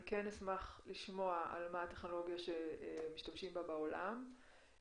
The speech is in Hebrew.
אני כן אשמח לשמוע על הטכנולוגיה שמשתמשים בה בעולם.